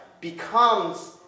becomes